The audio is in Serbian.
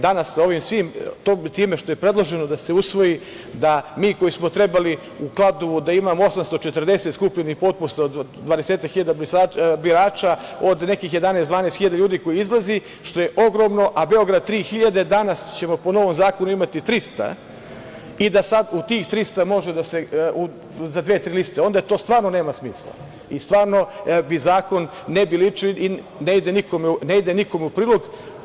Danas time što je predloženo da se usvoji da mi koji smo trebali u Kladovu da imamo 840 skupljenih potpisa od dvadesetak hiljada birača, od nekih 11, 12 hiljada ljudi koje izlazi što je ogromno, a Beograd 3.000, danas ćemo po novom zakonu imati 300 i da sad u tih 300 može za dve, tri liste, onda to stvarno nema smisla, stvarno zakon ne bi ličio i ne ide nikome u prilog.